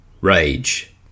Rage